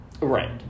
right